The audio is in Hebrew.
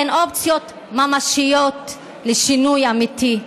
אין אופציות ממשיות לשינוי אמיתי.